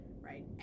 right